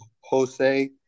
Jose